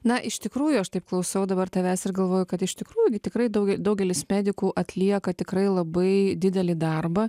na iš tikrųjų aš taip klausau dabar tavęs ir galvoju kad iš tikrųjų gi tikrai dau daugelis medikų atlieka tikrai labai didelį darbą